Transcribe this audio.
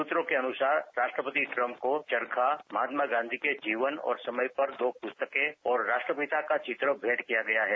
सूत्रों के अनुसार राष्ट्रपति ट्रंप को चरखा महात्मा गांधी के जीवन और समय पर दो पुस्तकें और राष्ट्रपिता का चित्र भेंट किया गया है